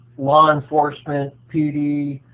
law enforcement, pd,